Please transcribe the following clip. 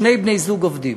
שני בני-זוג עובדים,